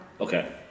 Okay